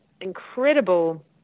incredible